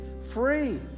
free